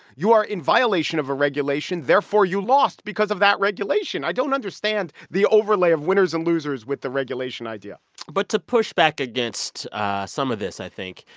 you are in violation of a regulation, therefore you lost because of that regulation? i don't understand the overlay of winners and losers with the regulation idea but to push back against some of this, i think,